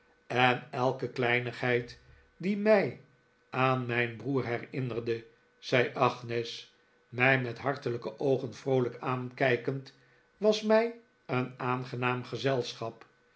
en elke kleinigheid die mij aan mijn broer herinnerde zei agnes mij met hartelijke oogen vroolijk aankijkend was mij een aangenaam gezelschap